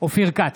אופיר כץ,